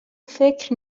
فکر